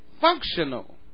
functional